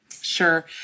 Sure